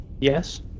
Yes